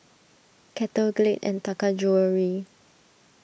Kettle Glade and Taka Jewelry